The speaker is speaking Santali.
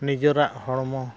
ᱱᱤᱡᱮᱨᱟᱜ ᱦᱚᱲᱢᱚ